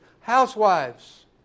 housewives